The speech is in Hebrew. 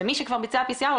ומי שכבר ביצע PCR,